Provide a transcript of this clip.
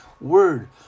word